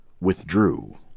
withdrew